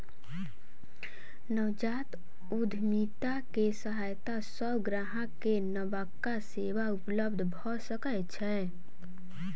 नवजात उद्यमिता के सहायता सॅ ग्राहक के नबका सेवा उपलब्ध भ सकै छै